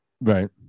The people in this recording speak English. right